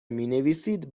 مینویسید